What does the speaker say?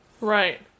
Right